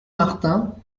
martin